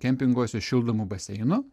kempinguose šildomų baseinų